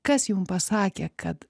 kas jum pasakė kad